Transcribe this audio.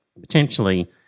Potentially